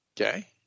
okay